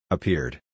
Appeared